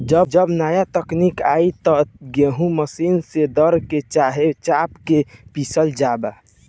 जब नाया तकनीक आईल त गेहूँ मशीन से दर के, चाहे चाप के पिसल जाव